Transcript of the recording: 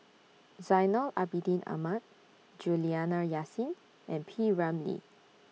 Zainal Abidin Ahmad Juliana Yasin and P Ramlee